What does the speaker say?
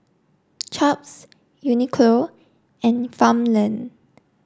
chaps Uniqlo and farmland